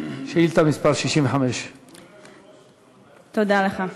שאילתה מס' 65. תודה לך.